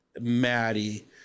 Maddie